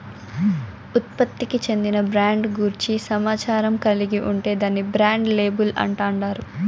ఉత్పత్తికి చెందిన బ్రాండ్ గూర్చి సమాచారం కలిగి ఉంటే దాన్ని బ్రాండ్ లేబుల్ అంటాండారు